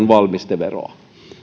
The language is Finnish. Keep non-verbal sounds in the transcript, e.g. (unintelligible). (unintelligible) valmisteveroa